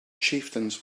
chieftains